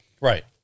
Right